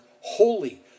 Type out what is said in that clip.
holy